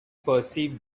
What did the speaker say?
perceived